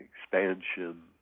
expansion